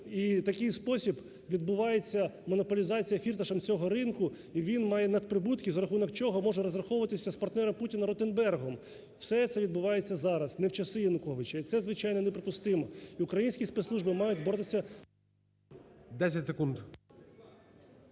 в такий спосіб відбувається монополізація Фірташем цього ринку, і він має надприбутки, за рахунок чого може розраховуватися з партнером Путіна Ротенбергом. Все це відбувається зараз, не в часи Януковича. І це звичайно, неприпустимо. І українські спецслужби мають боротися… ГОЛОВУЮЧИЙ. 10 секунд.